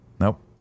Nope